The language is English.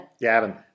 Gavin